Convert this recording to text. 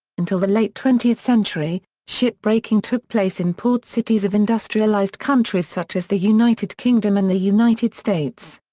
until the late twentieth century, ship breaking took place in port cities of industrialized countries such as the united kingdom and the united states.